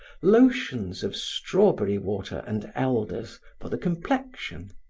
lotions of strawberry water and elders for the complexion,